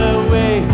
away